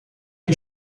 que